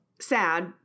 sad